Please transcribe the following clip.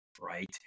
Right